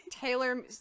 Taylor